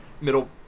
middle